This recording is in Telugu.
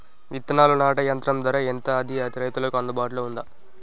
విత్తనాలు నాటే యంత్రం ధర ఎంత అది రైతులకు అందుబాటులో ఉందా?